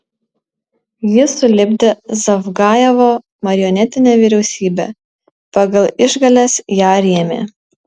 ji sulipdė zavgajevo marionetinę vyriausybę pagal išgales ją rėmė